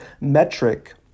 metric